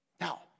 Now